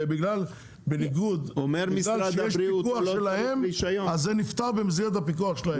בגלל שיש פיקוח שלהם, זה נפתר במסגרת הפיקוח שלהם.